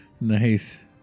Nice